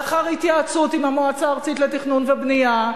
לאחר התייעצות עם המועצה הארצית לתכנון ובנייה.